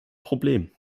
problem